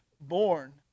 born